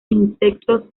insectos